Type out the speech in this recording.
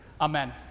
Amen